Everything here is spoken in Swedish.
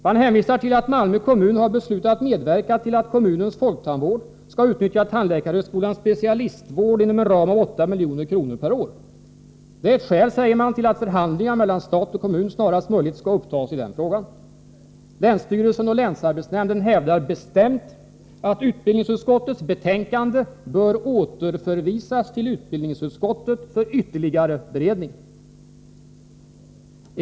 Man hänvisar till att Malmö kommun har beslutat att medverka till att kommunens folktandvård skall utnyttja tandläkarhögskolans specialistvård inom en ram av 8 milj.kr. per år. Det är ett skäl till att förhandlingar mellan stat och kommun snarast möjligt skall upptas i den frågan. Länsstyrelsen och Länsarbetsnämnden hävdar bestämt att utbildningsutskottets betänkande bör återförvisas till utbildningsutskottet för ytterligare beredning.